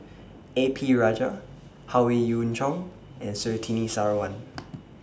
A P Rajah Howe Yoon Chong and Surtini Sarwan